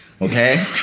Okay